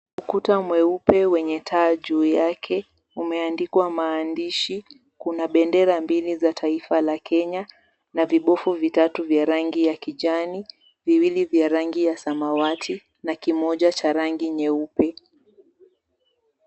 Ukuta mweupe wenye taa juu yake, umeandikwa maandishi, kuna bendera mbili za taifa la Kenya na vibofu vitatu vya rangi ya kijani, viwili vya rangi ya samawati na kimoja cha rangi nyeupe.